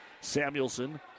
Samuelson